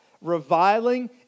Reviling